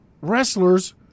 wrestlers